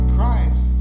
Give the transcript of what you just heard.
Christ